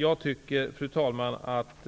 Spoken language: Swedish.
Jag tycker, fru talman, att